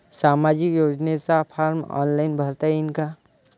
सामाजिक योजनेचा form online भरता येईन का?